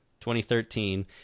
2013